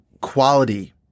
quality